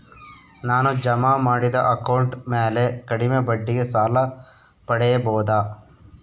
ನಾನು ಜಮಾ ಮಾಡಿದ ಅಕೌಂಟ್ ಮ್ಯಾಲೆ ಕಡಿಮೆ ಬಡ್ಡಿಗೆ ಸಾಲ ಪಡೇಬೋದಾ?